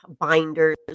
binders